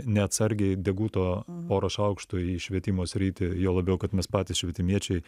neatsargiai deguto porą šaukštų į švietimo sritį juo labiau kad mes patys švietimiečiai